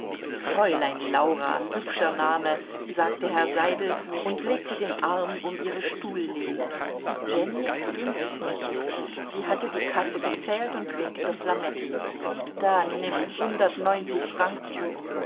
fräulein laura hübscher name sagte herr seidel und legte den arm um ihre stuhllehne jenny entging es nicht sie hatte die kasse gezählt und winkte flametti da nimm hundertneunzig franken